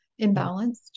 imbalanced